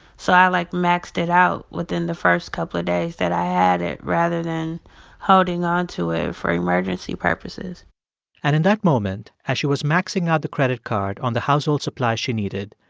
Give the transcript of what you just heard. so i, like, maxed it out within the first couple of days that i had it rather than holding on to it for emergency purposes and in that moment, as she was maxing out the credit card on the household supplies she needed,